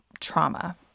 trauma